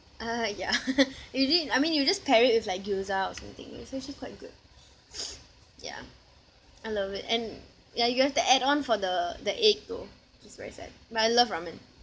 uh ya usually I mean you just pair it with like gyoza or something it's actually quite good ya I love it and yeah you have to add on for the the egg though which is very sad but I love ramen